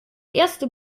erste